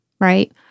right